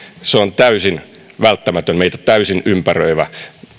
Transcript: se on täysin välttämätön meitä täysin ympäröivä